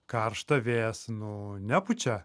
karšta vėjas nu nepučia